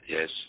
Yes